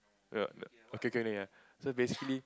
err okay okay only ah so basically